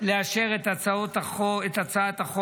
לאשר את הצעת החוק